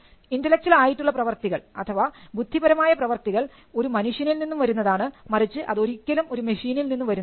intellectual ആയിട്ടുള്ള പ്രവർത്തികൾ അഥവാ ബുദ്ധിപരമായ പ്രവർത്തികൾ ഒരു മനുഷ്യനിൽ നിന്നും വരുന്നതാണ് മറിച്ച് അതൊരിക്കലും ഒരു മെഷീനിൽ നിന്നും വരുന്നില്ല